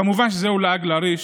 כמובן שזה לעג לרש,